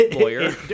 lawyer